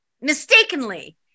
mistakenly